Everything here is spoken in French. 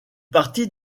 partie